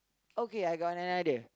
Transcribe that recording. okay I got an idea